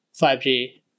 5g